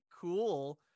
cool